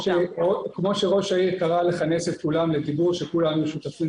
כמו שראש העיר קרא לכנס את כולם כך שכולם יהיו שותפים,